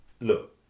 look